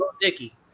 Dicky